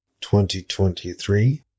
2023